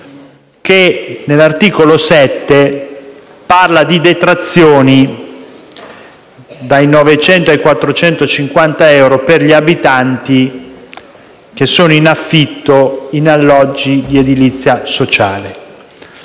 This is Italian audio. che, all'articolo 7, parla di detrazioni che vanno dai 900 ai 450 euro per gli abitanti in affitto in alloggi di edilizia sociale.